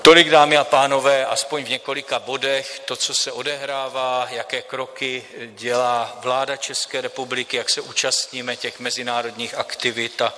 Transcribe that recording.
Tolik, dámy a pánové, aspoň v několika bodech to, co se odehrává, jaké kroky dělá vláda České republiky, jak se účastníme mezinárodních aktivit.